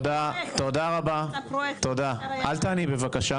נקודה לדיון לגבי החלטת הממשלה.